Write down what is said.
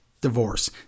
Divorce